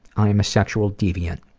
i am a sexual deviant.